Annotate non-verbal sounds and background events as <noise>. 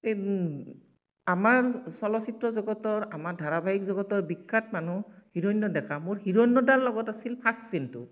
<unintelligible> আমাৰ চলচিত্ৰ জগতৰ আমাৰ ধাৰাবাহিক জগতৰ বিখ্য়াত মানুহ হিৰণ্য় ডেকা মোৰ হিৰণ্য় দাৰ লগত আছিল ফাৰ্ষ্ট চিনটো